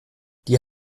die